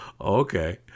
okay